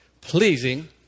pleasing